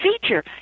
feature